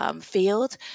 field